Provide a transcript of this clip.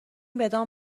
بدان